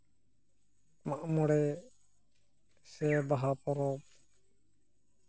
ᱢᱟᱜ ᱢᱚᱬᱮ ᱥᱮ ᱵᱟᱦᱟ ᱯᱚᱨᱚᱵᱽ